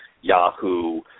Yahoo